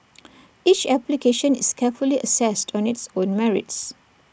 each application is carefully assessed on its own merits